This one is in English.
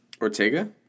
ortega